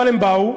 אבל הם באו,